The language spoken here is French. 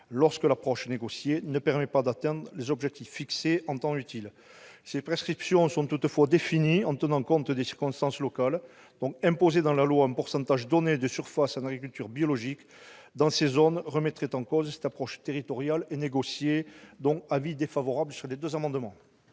-lorsque l'approche négociée ne permet pas d'atteindre les objectifs fixés en temps utile. Ces prescriptions sont toutefois définies en tenant compte des circonstances locales. Imposer dans la loi un pourcentage donné de surfaces consacrées à l'agriculture biologique dans ces zones remettrait en cause cette approche territoriale et négociée. Pour ces raisons,